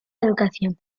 educación